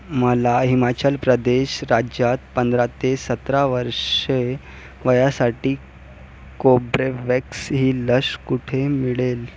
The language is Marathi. मला हिमाचल प्रदेश राज्यात पंधरा ते सतरा वर्षे वयासाठी कोब्रेव्हॅक्स ही लस कुठे मिळेल